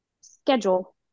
schedule